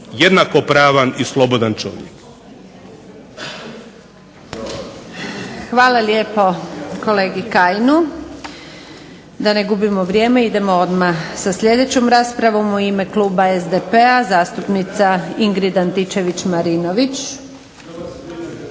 **Antunović, Željka (SDP)** Hvala lijepo kolegi Kajinu. Da ne gubimo vrijeme idemo odmah sa sljedećom raspravom. U ime kluba SDP-a zastupnica Ingrid Antičević Marinović.